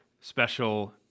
special